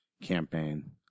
campaign